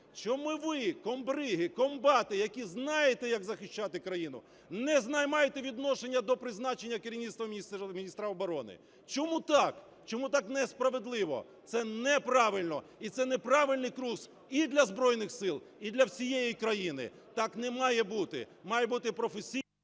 Чому ви, комбриги, комбати, які знаєте як захищати країну, не маєте відношення до призначення керівництва, міністра оборони? Чому так? Чому так несправедливо? Це неправильно, і це неправильний курс і для Збройних Сил, і для всієї країни. Так не має бути, має бути… ГОЛОВУЮЧИЙ.